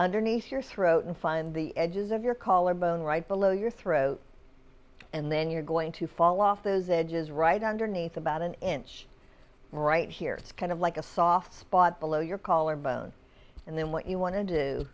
underneath your throat and find the edges of your color bone right below your throat and then you're going to fall off those edges right underneath about an inch right here kind of like a soft spot below your caller bone and then what you want to do